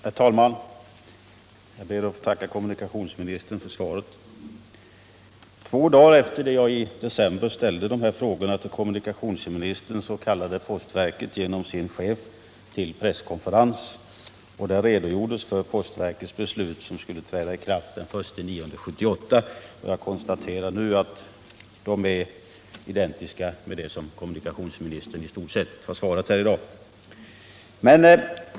Herr talman! Jag ber att få tacka kommunikationsminstern för svaret. Två dagar efter det att jag i december ställde min fråga till kommunikationsministern kallade postverket genom sin chef till presskonferens och där redogjordes för postverkets beslut som skulle träda i kraft den 1 september 1978. Jag konstaterar nu att vad som då meddelades i stort sett är identiskt med vad kommunikationsministern har svarat här i dag.